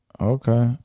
Okay